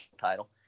title